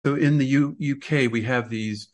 in the uk we have this...